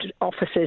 offices